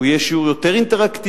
הוא יהיה שיעור יותר אינטראקטיבי,